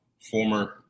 former –